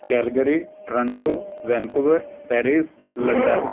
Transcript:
Calgary Toronto Vancouver Paris London